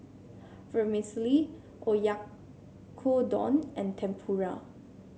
Vermicelli Oyakodon and Tempura